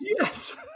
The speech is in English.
yes